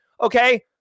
Okay